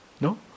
No